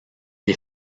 des